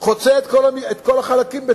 חוצה את כל החלקים בתוכו,